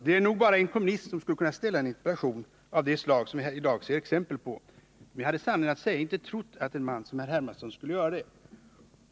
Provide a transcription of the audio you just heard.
Det är nog bara en kommunist som skulle kunna framställa en interpellation av det slag vi här i dag ser exempel på, men jag hade sanningen att säga inte trott att en man som herr Hermansson skulle göra det.